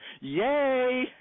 yay